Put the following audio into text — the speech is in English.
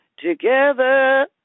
Together